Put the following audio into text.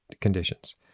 conditions